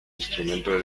instrumento